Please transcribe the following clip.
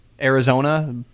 Arizona